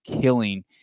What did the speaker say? killing